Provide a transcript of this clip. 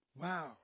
Wow